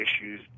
issues